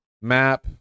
map